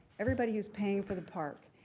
everybody who is paying for the park.